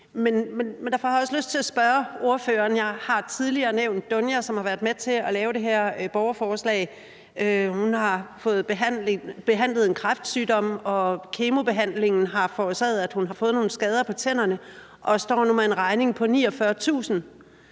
Jeg har tidligere nævnt Dunja, som har været med til at lave det her borgerforslag. Hun har fået behandlet en kræftsygdom, og kemobehandlingen har forårsaget, at hun har fået nogle skader på tænderne og nu står med en regning på 49.000